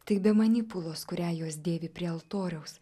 tai bemanipulos kurią jos dėvi prie altoriaus